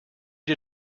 did